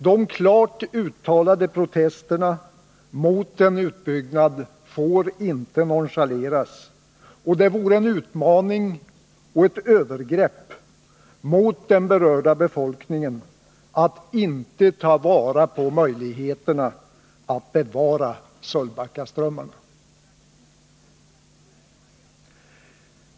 De klart uttalade protesterna mot en utbyggnad får inte nonchaleras, och det vore en utmaning och ett övergrepp mot den berörda befolkningen att inte ta vara på möjligheterna att bevara Sölvbackaströmmarna.